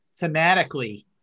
thematically